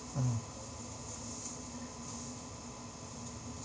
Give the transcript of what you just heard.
mm